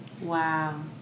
Wow